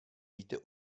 víte